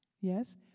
Yes